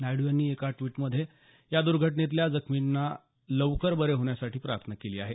नायडू यांनी एका ड्विटमध्ये या दुर्घटनेतल्या जखमींच्या लवकर बरे होण्यासाठी प्रार्थना केली आहे